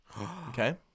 Okay